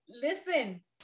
Listen